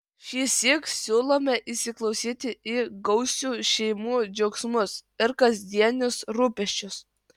šįsyk siūlome įsiklausyti į gausių šeimų džiaugsmus ir kasdienius rūpesčius